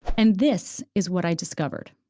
and this is what i discovered.